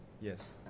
Yes